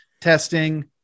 testing